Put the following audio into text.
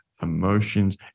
emotions